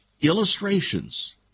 illustrations